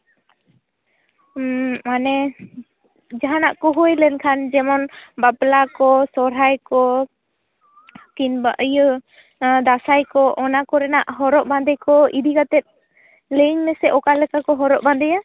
ᱢᱟᱱᱮ ᱡᱟᱦᱟᱱᱟᱜ ᱠᱚ ᱦᱩᱭ ᱞᱮᱱᱠᱷᱟᱱ ᱡᱮᱢᱚᱱ ᱵᱟᱯᱞᱟ ᱠᱚ ᱥᱚᱨᱦᱟᱭ ᱠᱚ ᱠᱤᱝᱵᱟ ᱤᱭᱟᱹ ᱫᱟᱸᱥᱟᱭ ᱠᱚ ᱚᱱᱟ ᱠᱚᱨᱮᱱᱟᱜ ᱦᱚᱨᱚᱜ ᱵᱟᱸᱫᱮ ᱠᱚ ᱤᱫᱤ ᱠᱟᱛᱮᱫ ᱞᱟᱹᱭ ᱢᱮᱥᱮ ᱚᱠᱟᱞᱮᱠᱟ ᱠᱚ ᱦᱚᱨᱚᱜ ᱵᱟᱸᱫᱮᱭᱟ